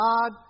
God